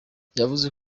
yavuze